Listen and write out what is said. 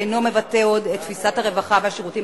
אינו מבטא עוד את תפיסת הרווחה והשירותים